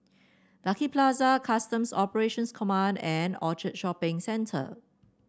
Lucky Plaza Customs Operations Command and Orchard Shopping Centre